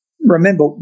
remember